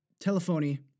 telephony